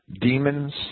demons